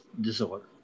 disorder